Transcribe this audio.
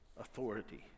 authority